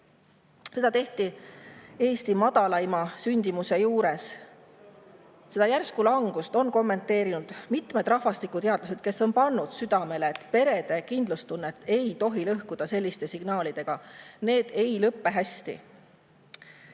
Seda tehti Eesti madalaima sündimuse juures. Seda järsku langust on kommenteerinud mitmed rahvastikuteadlased, kes on pannud südamele, et perede kindlustunnet ei tohi selliste signaalidega lõhkuda.